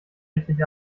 richtig